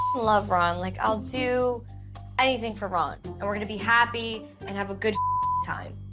love ron. like i'll do anything for ron and we're gonna be happy and have a good time.